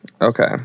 Okay